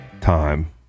time